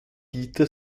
dieter